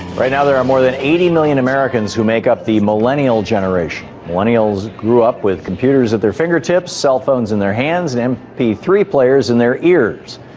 right now there are more than eighty million americans who make up the millennial generation. millennials grew up with computers at their fingertips, cellphones in their hands and m p three players in their ears.